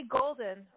Golden